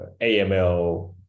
AML